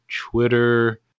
twitter